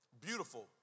beautiful